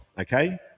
okay